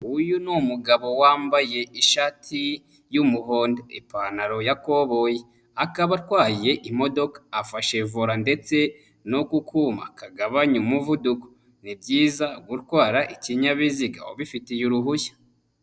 Uyu ni umugabo wambaye ishati y'umuhondo, ipantaro ya koboyi, akaba atwaye imodoka, afashe vora ndetse no ku kuma kagabanya umuvuduko, ni byiza gutwara ikinyabiziga ubifitiye uruhushya.